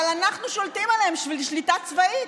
אבל אנחנו שולטים עליהם שליטה צבאית?